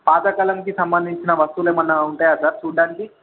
పాతకాలానికి సంబంధించిన వస్తువులు ఏమైనా ఉంటాయా సార్ చూడటానికి